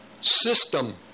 system